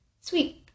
sweet